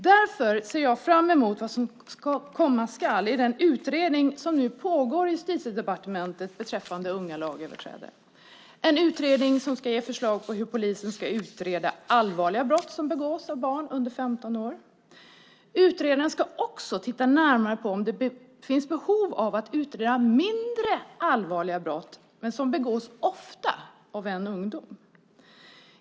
Därför ser jag fram emot det som komma skall i den utredning som nu pågår i Justitiedepartementet beträffande unga lagöverträdare, en utredning som ska ge förslag på hur polisen ska utreda allvarliga brott som begås av barn under 15 år. Utredaren ska också titta närmare på om det finns behov av att utreda mindre allvarliga brott men som begås ofta av en ung person.